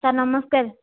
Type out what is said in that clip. sir ନମସ୍କାର